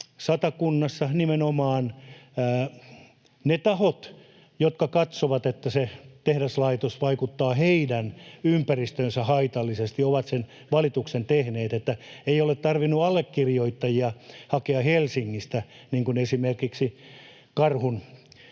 Satakunnassa nimenomaan ne tahot, jotka katsovat, että se tehdaslaitos vaikuttaa heidän ympäristöönsä haitallisesti, ovat sen valituksen tehneet. Ei ole tarvinnut allekirjoittajia hakea Helsingistä, niin kuin esimerkiksi karhunpyynnin